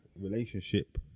relationship